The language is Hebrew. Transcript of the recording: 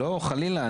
חלילה.